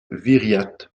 viriat